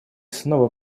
снова